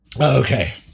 Okay